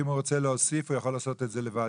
אם הוא רוצה להוסיף הוא יכול לעשות את זה לבד,